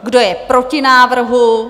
Kdo je proti návrhu?